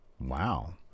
Wow